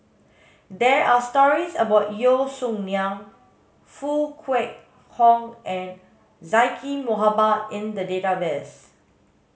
there are stories about Yeo Song Nian Foo Kwee Horng and Zaqy Mohamad in the database